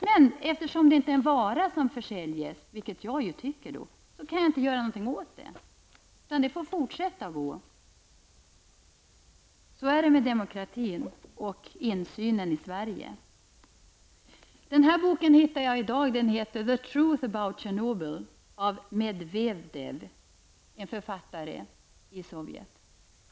Men eftersom det inte gäller en vara som försäljs -- vilket jag förstås tycker -- kan jag inte göra någonting åt det, utan det får fortsätta. Så är det med demokratin och insynen i Sverige. Den här boken hittade jag i dag. Den heter The Truth about Chernobyl, skriven av Medvevdev, en författare i Sovjet.